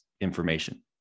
information